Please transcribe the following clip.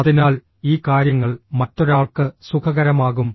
അതിനാൽ ഈ കാര്യങ്ങൾ മറ്റൊരാൾക്ക് സുഖകരമാകും